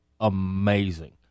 amazing